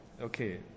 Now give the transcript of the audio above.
Okay